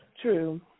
True